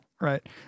right